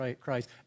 Christ